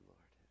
Lord